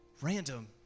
random